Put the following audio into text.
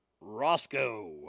Roscoe